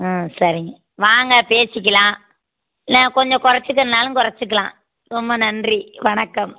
ம் சரிங்க வாங்க பேசிக்கலாம் இல்லை கொஞ்சம் குறைச்சுக்கறதுனாலும் குறைச்சிக்கலாம் ரொம்ப நன்றி வணக்கம்